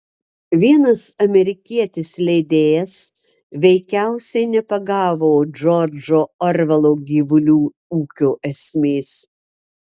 vienas amerikietis leidėjas veikiausiai nepagavo džordžo orvelo gyvulių ūkio esmės